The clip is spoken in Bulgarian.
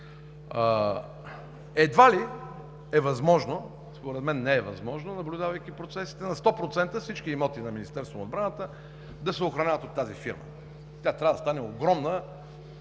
Едва ли е възможно – според мен не е възможно, наблюдавайки процесите – на 100% всички имоти на Министерството на отбраната да се охраняват от тази фирма. Тя трябва да стане огромна,